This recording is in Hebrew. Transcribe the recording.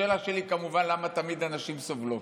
השאלה שלי היא, כמובן, למה תמיד הנשים סובלות.